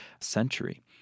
century